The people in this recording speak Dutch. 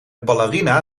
ballerina